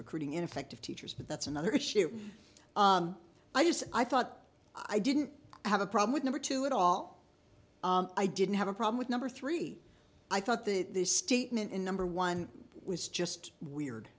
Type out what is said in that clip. recruiting ineffective teachers but that's another issue i just i thought i didn't have a problem with number two at all i didn't have a problem with number three i thought the statement in number one was just weird